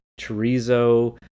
chorizo